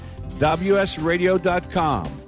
WSRadio.com